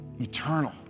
eternal